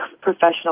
professional